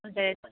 ꯊꯝꯖꯔꯦꯀꯣ